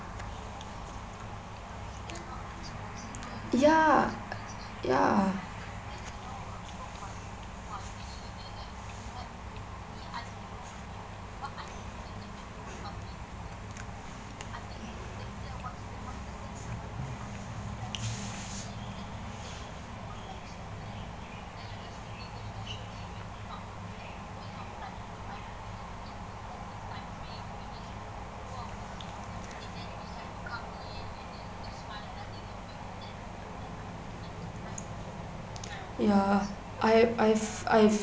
ya ya ya I I I